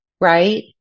right